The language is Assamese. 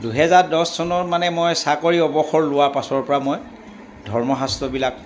দুহেজাৰ দছ চনত মানে মই চাকৰি অৱসৰ লোৱাৰ পাছৰ পৰা মই ধৰ্মশাস্ত্ৰবিলাক